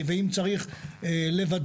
ואם צריך לוודא,